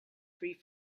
free